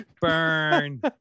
Burn